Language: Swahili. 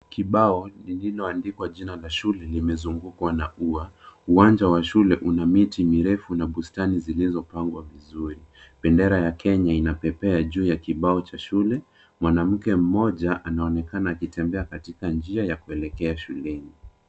Kibao lililoandikwa jina la shule limezungukwa na ua. Uwanja wa shule una miti mirefu na bustani zilizopangwa vizuri. Bendera ya Kenya inapepepa juu ya kibao cha shule. Mwanamke mmoja anaonekana akitembea katika njia ya kuelekea shuleni.